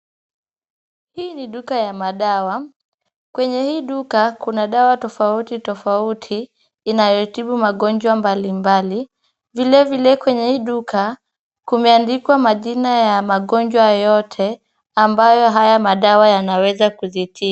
Hii ni duka ya madawa, kwenye hii duka kuna dawa tofauti tofauti inayotibu magonjwa mbalimbali. Vile vile kwenye hii duka kumeandikwa majina ya magonjwa yote ambayo haya madawa yanaweza kuzitibu.